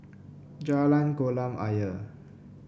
Jalan Kolam Ayer